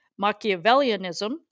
Machiavellianism